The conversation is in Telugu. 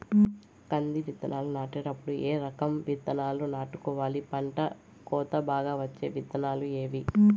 కంది విత్తనాలు నాటేటప్పుడు ఏ రకం విత్తనాలు నాటుకోవాలి, పంట కోత బాగా వచ్చే విత్తనాలు ఏవీ?